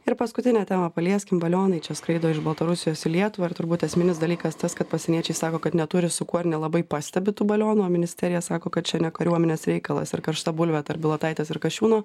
ir paskutinę temą palieskim balionai čia skraido iš baltarusijos į lietuvą ir turbūt esminis dalykas tas kad pasieniečiai sako kad neturi su kuo ir nelabai pastebi tų balionų o ministerija sako kad čia ne kariuomenės reikalas ir karšta bulvė tarp bilotaitės ir kasčiūno